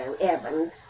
Evans